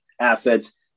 assets